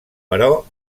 però